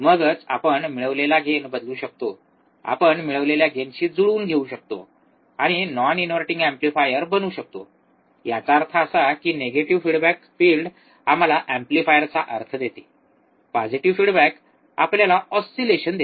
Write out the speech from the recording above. मगच आपण मिळवलेला गेन बदलू शकतो आपण मिळवलेल्या गेनशी जुळवून घेऊ शकतो आणि नॉन इनव्हर्टिंग एम्प्लीफायर बनू शकतो याचा अर्थ असा की निगेटिव्ह फिडबॅक फील्ड आम्हाला एम्पलीफायरचा अर्थ देते पॉजिटीव्ह फिडबॅक आपल्याला ऑसिलेशन देते